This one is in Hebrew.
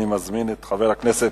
אני מזמין את חבר הכנסת